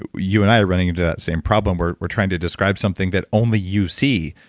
but you and i are running into that same problem where we're trying to describe something that only you see,